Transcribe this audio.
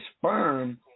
sperm